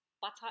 butter